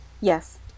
Yes